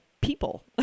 people